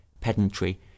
pedantry